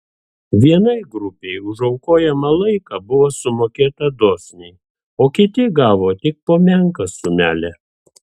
vienai grupei už aukojamą laiką buvo sumokėta dosniai o kiti gavo tik po menką sumelę